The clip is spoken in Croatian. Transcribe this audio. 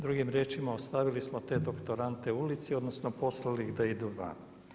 Drugim riječima, ostavili smo te doktorante ulici odnosno poslali ih da idu van.